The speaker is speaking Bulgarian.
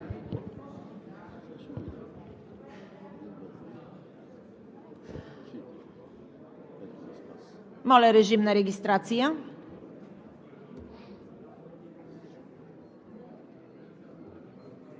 Моля, режим на регистрация.